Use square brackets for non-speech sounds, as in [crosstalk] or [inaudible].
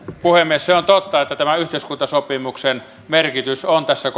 puhemies se on totta että tämä yhteiskuntasopimuksen merkitys on tässä [unintelligible]